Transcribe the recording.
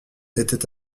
était